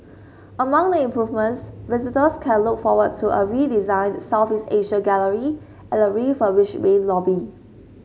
among the improvements visitors can look forward to a redesigned Southeast Asia gallery and a refurbished main lobby